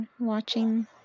watching